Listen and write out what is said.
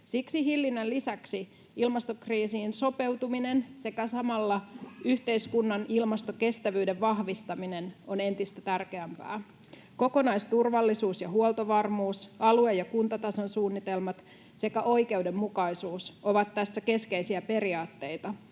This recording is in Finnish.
Siksi hillinnän lisäksi ilmastokriisiin sopeutuminen sekä samalla yhteiskunnan ilmastokestävyyden vahvistaminen on entistä tärkeämpää. Kokonaisturvallisuus ja huoltovarmuus, alue- ja kuntatason suunnitelmat sekä oikeudenmukaisuus ovat tässä keskeisiä periaatteita,